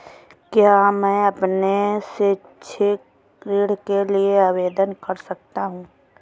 क्या मैं अपने शैक्षिक ऋण के लिए आवेदन कर सकता हूँ?